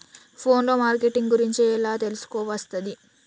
Phone లో marketing గురించి ఎలా తెలుసుకోవస్తది?